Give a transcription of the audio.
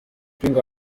ping